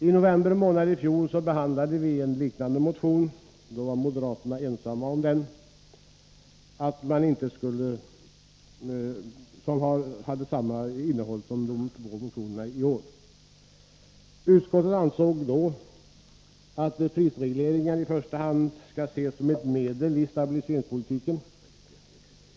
I november månad i fjol behandlade vi en motion — då var moderaterna ensamma om den —- med samma innehåll som motionerna i år. Utskottet ansåg då att prisregleringen i första hand skall ses som ett medel i stabiliseringspolitiken.